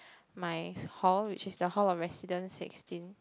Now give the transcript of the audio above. my hall which is the hall of residence sixteen